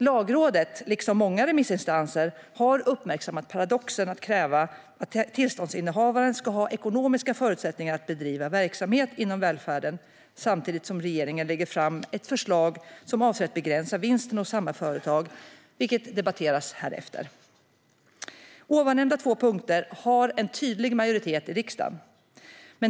Lagrådet, liksom många remissinstanser, har uppmärksammat paradoxen att kräva att tillståndsinnehavaren ska ha ekonomiska förutsättningar att bedriva verksamhet inom välfärden, samtidigt som regeringen lägger fram ett förslag som avser att begränsa vinsten hos samma företag, vilket debatteras härefter. Ovannämnda två punkter har en tydlig majoritet i riksdagen.